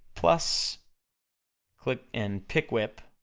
plus click and pick whip,